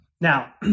Now